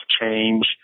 change